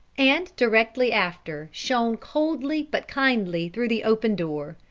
and directly after, shone coldly but kindly through the open door.